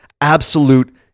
absolute